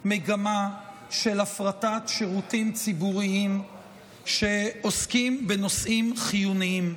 מגמה של הפרטת שירותים ציבוריים שעוסקים בנושאים חיוניים.